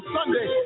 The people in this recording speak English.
Sunday